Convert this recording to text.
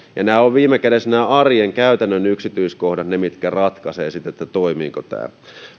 ja viime kädessä nämä arjen käytännön yksityiskohdat ovat ne mitkä ratkaisevat sitten toimiiko tämä